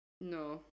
no